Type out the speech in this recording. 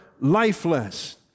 lifeless